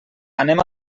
anem